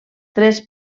tres